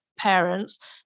parents